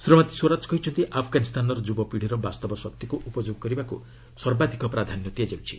ଶ୍ରୀମତୀ ସ୍ୱରାଜ କହିଛନ୍ତି ଆଫଗାନିସ୍ତାନର ଯୁବ ପିଢ଼ିର ବାସ୍ତବ ଶକ୍ତିକ୍ ଉପଯୋଗ କରିବାକ୍ ସର୍ବାଧକ ପ୍ରାଧାନ୍ୟ ଦିଆଯାଉଛି